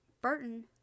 Burton